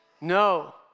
No